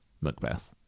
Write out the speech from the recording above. Macbeth